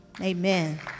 Amen